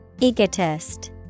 Egotist